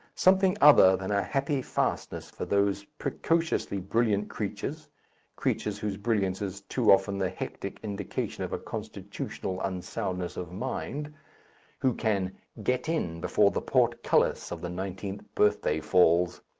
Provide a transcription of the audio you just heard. something other than a happy fastness for those precociously brilliant creatures creatures whose brilliance is too often the hectic indication of a constitutional unsoundness of mind who can get in before the portcullis of the nineteenth birthday falls.